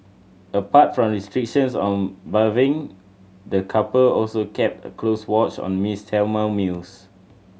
apart from restrictions on bathing the couple also kept a close watch on Miss Thelma's meals